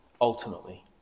ultimately